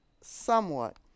somewhat